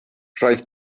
roedd